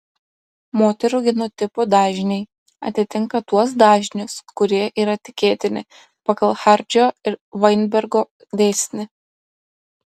moterų genotipų dažniai atitinka tuos dažnius kurie yra tikėtini pagal hardžio ir vainbergo dėsnį